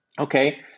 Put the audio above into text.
Okay